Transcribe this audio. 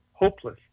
Hopeless